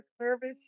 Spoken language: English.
service